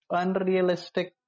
unrealistic